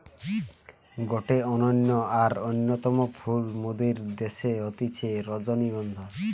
গটে অনন্য আর অন্যতম ফুল মোদের দ্যাশে হতিছে রজনীগন্ধা